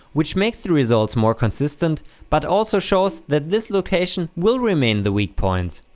which makes the results more consistent but also shows that this location will remain the weak point.